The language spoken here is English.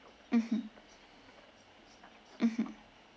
mmhmm mmhmm